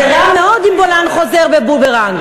זה רע מאוד אם בולען חוזר כבומרנג.